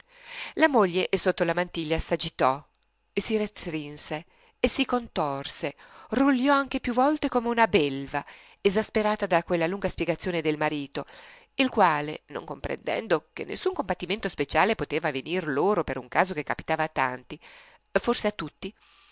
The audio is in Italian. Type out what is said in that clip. la moglie sotto la mantiglia s'agitò si restrinse si contorse rugliò anche più volte come una belva esasperata da quella lunga spiegazione del marito il quale non comprendendo che nessun compatimento speciale poteva venir loro per un caso che capitava a tanti forse a tutti